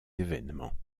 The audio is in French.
événements